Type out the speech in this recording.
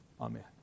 Amen